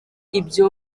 ibyo